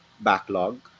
backlog